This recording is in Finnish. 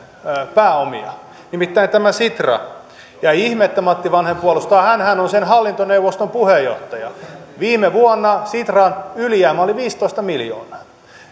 pääomia nimittäin tämän sitran ja ei ihme että matti vanhanen puolustaa hänhän on sen hallintoneuvoston puheenjohtaja viime vuonna sitran ylijäämä oli viisitoista miljoonaa